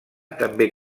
també